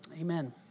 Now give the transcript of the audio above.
Amen